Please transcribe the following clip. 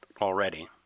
already